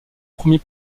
premier